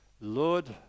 Lord